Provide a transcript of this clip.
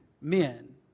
men